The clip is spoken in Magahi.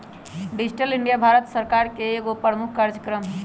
डिजिटल इंडिया भारत सरकार का एगो प्रमुख काजक्रम हइ